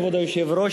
כבוד היושב-ראש,